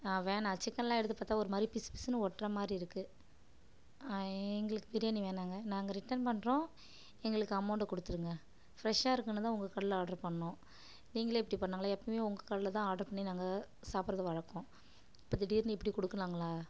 ஆ வேணாம் சிக்கன்லாம் எடுத்துப் பார்த்தா ஒருமாதிரி பிசு பிசுனு ஒட்டுற மாதிரி இருக்கு எங்களுக்கு பிரியாணி வேணாம்ங்க நாங்கள் ரிட்டன் பண்ணுறோம் எங்களுக்கு அமௌண்டு கொடுத்துருங்க ஃப்ரெஷ்ஷாக இருக்குனு தான் உங்கள் கடையில் ஆர்டர் பண்ணோம் நீங்கள் இப்படி பண்ணலாங்களா எப்பயும் உங்கள் கடையில் தான் ஆர்டர் பண்ணி நாங்கள் சாப்பிட்றது வழக்கம் இப்போ திடீர்னு இப்படி கொடுக்கலாங்களா